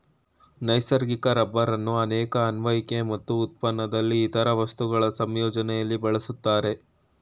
ನೈಸರ್ಗಿಕ ರಬ್ಬರನ್ನು ಅನೇಕ ಅನ್ವಯಿಕೆ ಮತ್ತು ಉತ್ಪನ್ನದಲ್ಲಿ ಇತರ ವಸ್ತುಗಳ ಸಂಯೋಜನೆಲಿ ಬಳಸ್ತಾರೆ